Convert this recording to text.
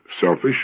selfish